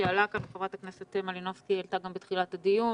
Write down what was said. שעלתה כאן ח"כ מלינובסקי העלתה את זה גם בתחילת הדיון